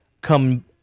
come